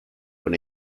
con